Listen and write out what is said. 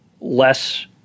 less